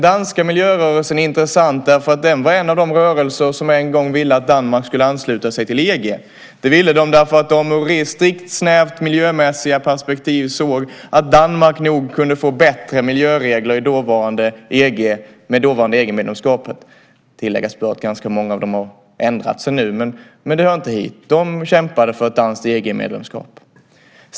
Det var en av de rörelser som en gång ville att Danmark skulle ansluta sig till EG, detta för att de ur ett snävt miljömässigt perspektiv såg att Danmark nog kunde få bättre miljöregler med ett medlemskap i dåvarande EG. Tilläggas bör att ganska många av dem har ändrat sig nu, men det hör inte hit. De kämpade för ett danskt EG-medlemskap.